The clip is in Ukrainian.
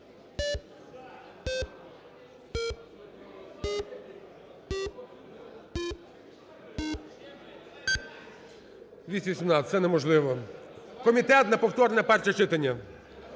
218. Це неможливо. Комітет на повторне перше читання.